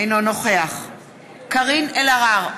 אינו נוכח קארין אלהרר,